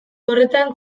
horretan